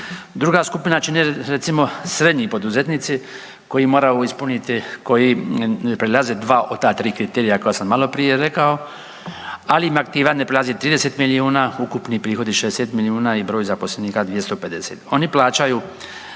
Druga skupina čine, recimo srednji poduzetnici koji moraju ispuniti, koji prelaze 2 od ta 3 kriterija koja sam maloprije rekao, ali im aktiva ne prelazi 30 milijuna, ukupni prihodi 60 milijuna i broj zaposlenika 250. Oni plaćaju